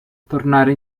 tornare